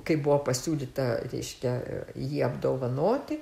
kai buvo pasiūlyta reiškia jį apdovanoti